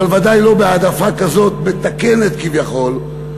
ודאי לא בהעדפה כזאת "מתקנת" כביכול.